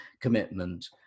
commitment